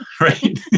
right